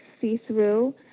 see-through